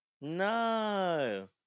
no